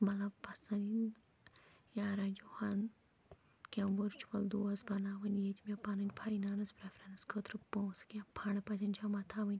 مطلب یا کیٚنٛہہ ؤرچُوَل دوست بَناوٕنۍ ییٚتہِ مےٚ پَنٕنۍ فاینانٕس پرٛیٚفریٚنٕس خٲطرٕ پونٛسہٕ کیٚنٛہہ فنٛڈ پَزیٚن جمع تھاوٕنۍ